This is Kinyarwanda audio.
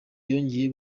yongeye